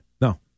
No